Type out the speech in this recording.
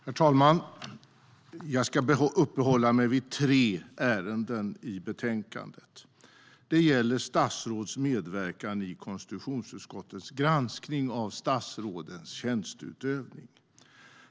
Herr talman! Jag ska uppehålla mig vid tre ärenden i betänkandet. De gäller statsråds medverkan i konstitutionsutskottets granskning av statsrådens tjänsteutövning.